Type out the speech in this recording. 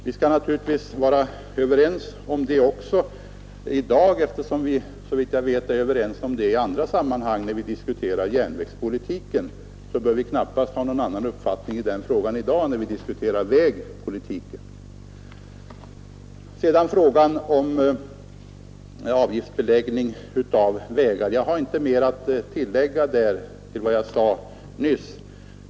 Vi bör naturligtvis vara överens om det, eftersom vi — såvitt jag vet — är överens om det när vi diskuterar järnvägspolitiken; vi bör då knappast ha någon annan uppfattning om den saken i dag när vi diskuterar vägpolitiken. När det gäller frågan om avgiftsbeläggning av vägar har jag inte mer att tillägga.